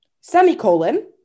Semicolon